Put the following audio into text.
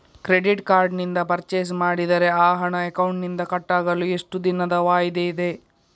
Credit card ನಿಂದ purchase ಮಾಡಿದರೆ ಆ ಹಣ ಅಕೌಂಟಿನಿಂದ ಕಟ್ ಆಗಲು ಎಷ್ಟು ದಿನದ ವಾಯಿದೆ ಇದೆ?